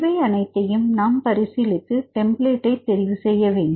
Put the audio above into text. இவை அனைத்தையும் நாம் பரிசீலித்து டெம்ப்ளேட்ஐ தெரிவு செய்ய வேண்டும்